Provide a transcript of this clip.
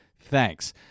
Thanks